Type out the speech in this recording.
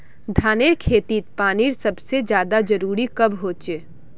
धानेर खेतीत पानीर सबसे ज्यादा जरुरी कब होचे?